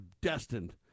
destined